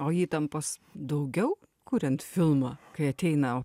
o įtampos daugiau kuriant filmą kai ateina